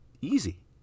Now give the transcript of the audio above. Easy